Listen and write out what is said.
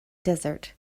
desert